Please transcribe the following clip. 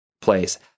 place